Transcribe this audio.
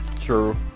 True